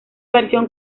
versión